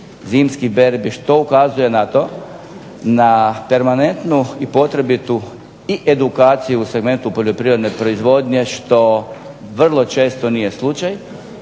zimskih berbi, što ukazuje na to na permanentnu i potrebitu i edukaciju u segmentu poljoprivredne proizvodnje što vrlo često nije slučaj,